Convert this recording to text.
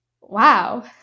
wow